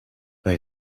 bei